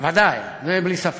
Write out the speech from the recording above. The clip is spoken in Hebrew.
ודאי, בלי ספק.